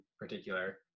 particular